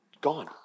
Gone